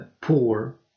poor